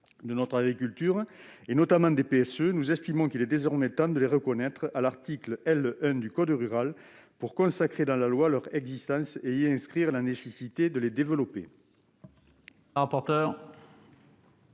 de notre agriculture, notamment des PSE, nous estimons qu'il est désormais temps de les reconnaître à l'article L. 1 du code rural pour consacrer dans la loi leur existence et y inscrire la nécessité de les développer.